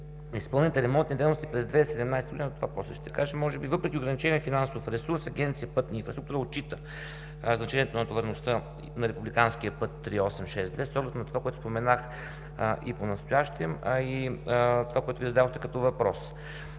Изпълнените ремонтни дейности през 2017 г. – това после ще кажа, може би, въпреки ограничения финансов ресурс Агенция „Пътна инфраструктура“ отчита значението на натовареността на републиканския път ІІІ-862 с оглед на това, което споменах и понастоящем, а и това, което Вие зададохте като въпрос.